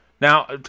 Now